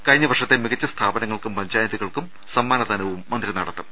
കഴിഞ്ഞ വർഷത്തെ മികച്ച സ്ഥാപനങ്ങൾക്കും പഞ്ചായത്തുകൾക്കും സമ്മാനദാനവും മന്ത്രി നടത്തും